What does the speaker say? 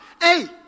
Hey